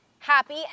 happy